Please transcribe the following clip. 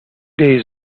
days